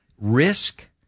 risk